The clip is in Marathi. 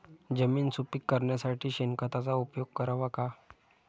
जमीन सुपीक करण्यासाठी शेणखताचा उपयोग करावा का?